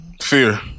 Fear